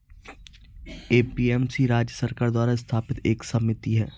APMC राज्य सरकार द्वारा स्थापित एक समिति है